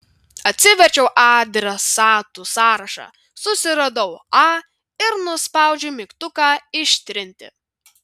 atsiverčiau adresatų sąrašą susiradau a ir nuspaudžiau mygtuką ištrinti